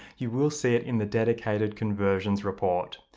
you will see it in the dedicated conversions report.